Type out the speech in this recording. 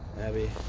Abby